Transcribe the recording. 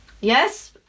Yes